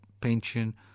pension